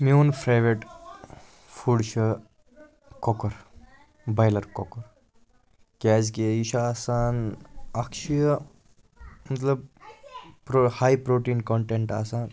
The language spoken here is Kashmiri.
میٛون فیورِٹ فُڈ چھُ کۄکُر بایلَر کۄکُر کیٛازکہِ یہِ چھُ آسان اَکھ چھُ یہِ مطلب پرٛو ہاے پرٛوٹیٖن کانٹیٚنٹ آسان